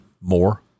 more